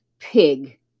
pig